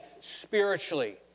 spiritually